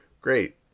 great